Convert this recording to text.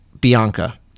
Bianca